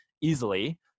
easily